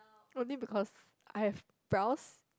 only because I have brows